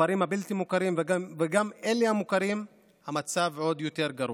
בכפרים הבלתי-מוכרים וגם באלה המוכרים המצב עוד יותר גרוע.